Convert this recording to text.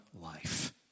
life